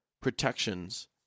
protections